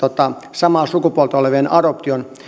samaa sukupuolta olevien adoption minä sanoin